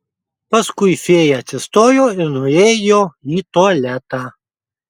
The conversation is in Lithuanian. paskui fėja atsistojo ir nuėjo į tualetą